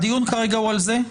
האם הדיון כרגע הוא על זה?